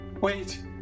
wait